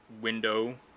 window